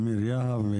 אמיר יהב,